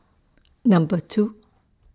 Number two